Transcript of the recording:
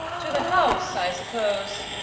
to the house, i suppose.